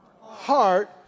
heart